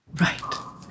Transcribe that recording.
Right